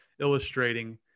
illustrating